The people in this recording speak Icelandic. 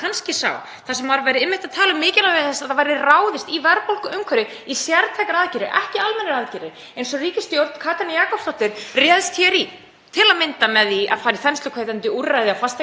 til að mynda með því að fara í þensluhvetjandi úrræði á fasteignamarkaði sem sneru að séreign, til að mynda með því að fara í þensluhvetjandi úrræði sem sneru að Allir vinna. Það er einmitt búið að ráðast í allt of mikið af almennum úrræðum. Þar er ég sammála.